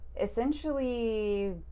essentially